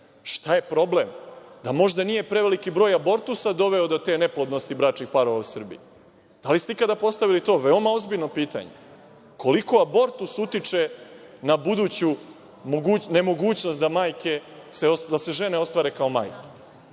Šta je problem? Da možda nije preveliki broj abortusa doveo do te neplodnosti bračnih parova u Srbiji? Da li ste ikada postavili to veoma ozbiljno pitanje? Koliko abortus utiče na buduću nemogućnost da se žene ostvare kao majke? Dakle,